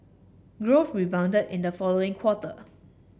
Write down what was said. growth rebounded in the following quarter